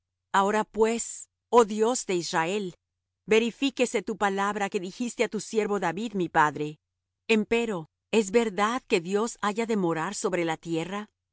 ahora pues oh dios de israel verifíquese tu palabra que dijiste á tu siervo david mi padre empero es verdad que dios haya de morar sobre la tierra